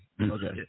okay